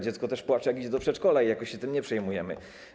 Dziecko też płacze, jak idzie do przedszkola i jakoś się tym nie przejmujemy.